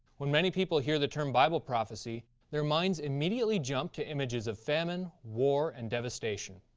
when many people hear the term bible prophecy their minds immediately jump to images of famine, war and devastation.